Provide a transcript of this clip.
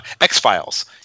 X-Files